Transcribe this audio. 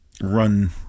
run